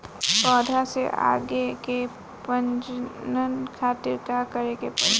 पौधा से आगे के प्रजनन खातिर का करे के पड़ी?